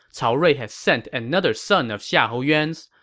cao rui had sent another son of xiahou yuan, so